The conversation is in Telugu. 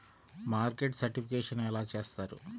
మార్కెట్ సర్టిఫికేషన్ ఎలా చేస్తారు?